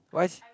why's